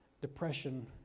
depression